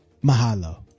mahalo